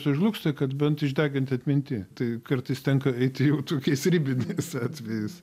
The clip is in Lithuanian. sužlugs tai kad bent išdeginti atminty tai kartais tenka eiti jau tokiais ribiniais atvejais